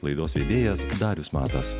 laidos vedėjas darius matas